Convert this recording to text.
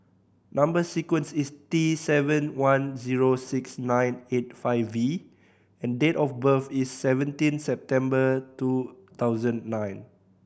number sequence is T seven one zero six nine eight five V and date of birth is seventeen September two thousand and nine